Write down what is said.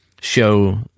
show